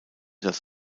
das